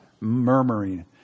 murmuring